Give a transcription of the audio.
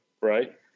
right